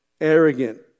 arrogant